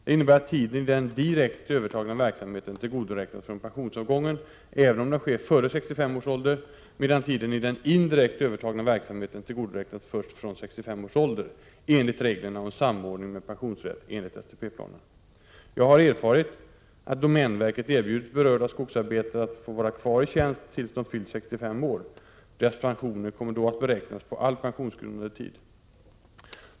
Det innebär att tiden i den direkt övertagna verksamheten tillgodoräknas från pensionsavgången även om den sker före 65 års ålder, medan tiden i den indirekt övertagna verksamheten tillgodoräknas först vid 65 års ålder, enligt reglerna om samordning med pensionsrätt enligt STP-planen. Jag har erfarit att domänverket erbjudit berörda skogsarbetare att få vara kvari tjänst tills de fyllt 65 år. Deras pensioner kommer då att beräknas på all pensionsgrundande tid.